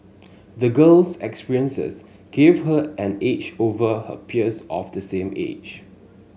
the girl's experiences gave her an edge over her peers of the same age